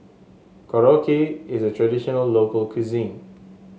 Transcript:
korokke is a traditional local cuisine